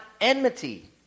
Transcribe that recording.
enmity